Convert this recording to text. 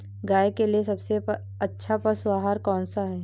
गाय के लिए सबसे अच्छा पशु आहार कौन सा है?